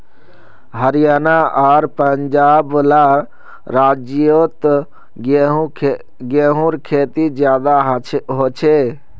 हरयाणा आर पंजाब ला राज्योत गेहूँर खेती ज्यादा होछे